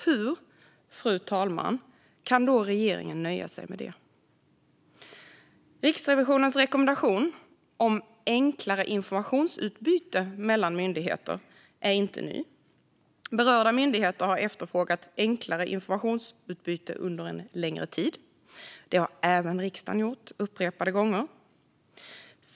Hur kan regeringen nöja sig med det? Riksrevisionens rekommendation om enklare informationsutbyte mellan myndigheter är inte ny. Berörda myndigheter har efterfrågat enklare informationsutbyte under en längre tid. Det har även riksdagen gjort upprepade gånger.